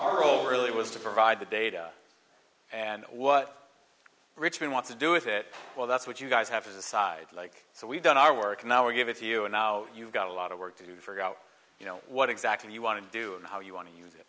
our role really was to provide the data and what rich we want to do with it well that's what you guys have to decide like so we've done our work now we give it to you and now you've got a lot of work to do figure out you know what exactly you want to do and how you want to use it